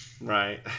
Right